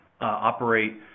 operate